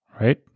right